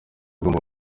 agomba